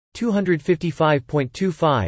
255.25